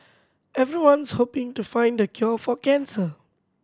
everyone's hoping to find the cure for cancer